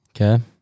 Okay